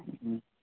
అ